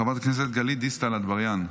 חברת הכנסת גלית דיסטל אטבריאן,